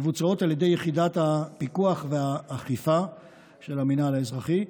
מבוצעות על ידי יחידת הפיקוח והאכיפה של המינהל האזרחי,